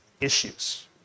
issues